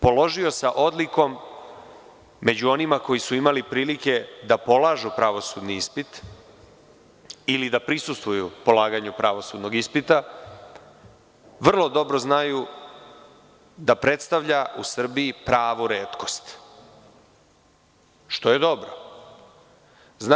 Položio sa odlikom“ među onima koji su imali prilike da polažu pravosudni ispit ili da prisustvuju polaganju pravosudnog ispita, vrlo dobro znaju da predstavlja u Srbiji pravu retkost, što je dobro.